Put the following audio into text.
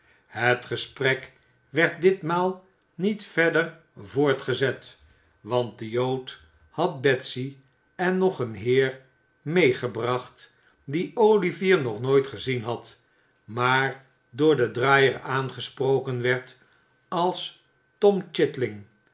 het gesprek werd ditmaal niet verder voortgezet want de jood had betsy en nog een heer meegebracht dien olivier nog nooit gezien had maar door den draaier aangesproken werd als tom